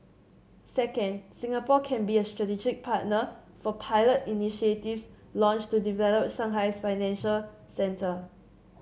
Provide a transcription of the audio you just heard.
second Singapore can be a strategic partner for pilot initiatives launched to develop Shanghai's financial centre